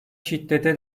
şiddete